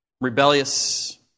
rebellious